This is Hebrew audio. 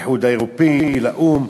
לאיחוד האירופי, לאו"ם,